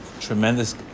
tremendous